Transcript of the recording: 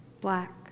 black